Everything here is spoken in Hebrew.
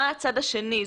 מה הצד השני?